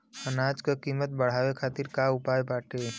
अनाज क कीमत बढ़ावे खातिर का उपाय बाटे?